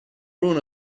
ruin